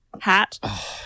Hat